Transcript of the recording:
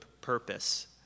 purpose